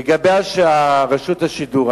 לגבי רשות השידור,